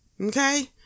Okay